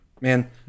man